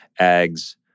ags